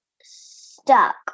stuck